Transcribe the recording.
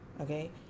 okay